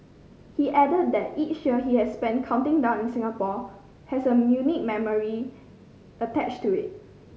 he added that each year he has spent counting down in Singapore has a unique memory attached to it